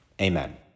amen